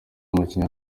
n’umukinnyi